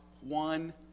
one